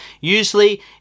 Usually